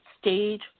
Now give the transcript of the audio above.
stage